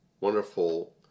wonderful